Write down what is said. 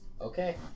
Okay